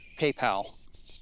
PayPal